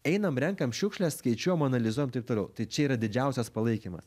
einam renkam šiukšles skaičiuojam analizuojam taip toliau tai čia yra didžiausias palaikymas